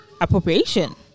appropriation